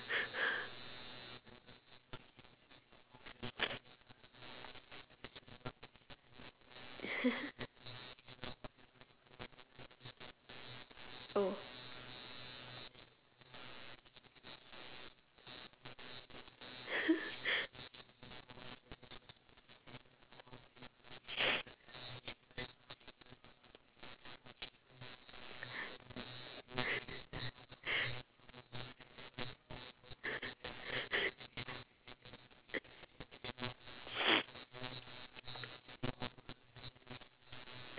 oh